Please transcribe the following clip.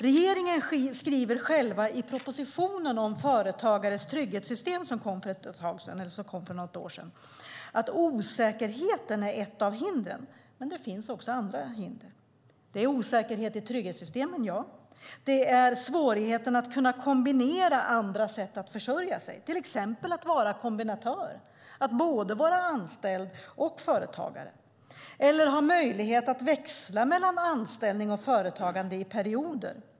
Regeringen skrev själv i propositionen om företagares trygghetssystem som kom för något år sedan att osäkerheten är ett av hindren. Det finns dock också andra hinder. Det är osäkerhet i trygghetssystemen - ja. Det är svårigheten att kombinera andra sätt att försörja sig, till exempel att vara kombinatör och vara både anställd och företagare eller ha möjlighet att växla mellan anställning och företagande i perioder.